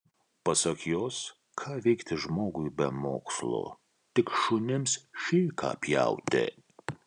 pasak jos ką veikti žmogui be mokslų tik šunims šėką pjauti